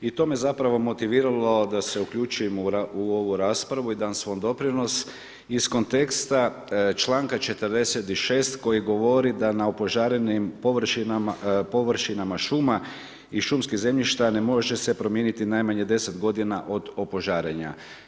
I to me zapravo motiviralo da se uključim u ovu raspravu i dam svoj doprinos iz konteksta članka 46. koji govori da na upožarenim površinama šuma i šumskih zemljišta ne može se promijeniti najmanje 10 godina od opožarenja.